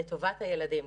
לטובת הילדים.